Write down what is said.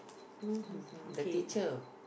okay